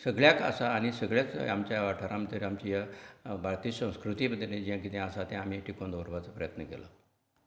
सगळ्याक आसा आनी सगळेंच आमच्या वाठारां भितर आमची ह्या भारतीय संस्कृतींत भितर जे कितें आसा तें आमी टिकोवन दवरपाचो प्रयत्न केला